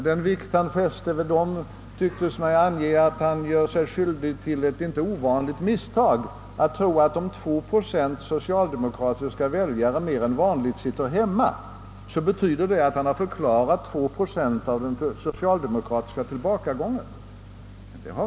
Den vikt han fäste vid dem tycktes mig ange att han gör sig skyldig till det inte ovanliga misstaget att tro att om 2 procent av socialdemokratiska väljare mer än vanligt sitter hemma har därigenom 2 procent av den socialdemokratiska tillbakagången förklarats.